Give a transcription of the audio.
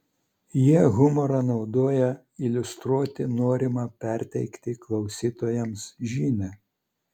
jie humorą naudoja iliustruoti norimą perteikti klausytojams žinią